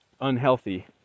unhealthy